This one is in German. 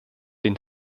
den